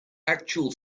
actual